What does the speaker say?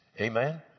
Amen